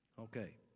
Okay